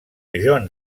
john